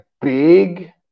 big